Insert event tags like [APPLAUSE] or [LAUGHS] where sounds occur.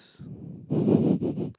[BREATH] [LAUGHS]